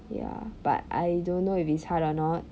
ya but I don't know if it's hard or not